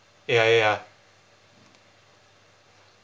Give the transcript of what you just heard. ya ya